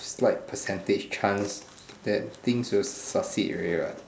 right percentage chance that things will succeed already what